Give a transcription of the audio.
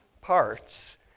parts